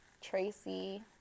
Tracy